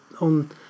on